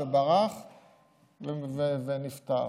ברח ונפטר.